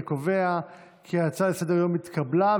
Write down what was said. אני קובע כי ההצעה לסדר-היום התקבלה,